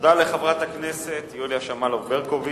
תודה לחברת הכנסת יוליה שמאלוב-ברקוביץ.